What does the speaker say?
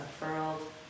unfurled